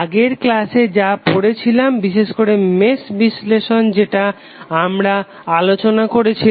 আগের ক্লাসে যা পরেছিলাম বিশেষ করে মেশ বিশ্লেষণ যেটা আমরা আলোচনা করেছিলাম